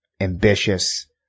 ambitious